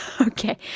okay